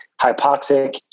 hypoxic